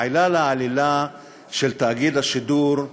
העילה לעלילה של תאגיד השידור,